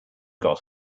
got